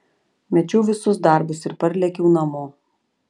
mečiau visus darbus ir parlėkiau namo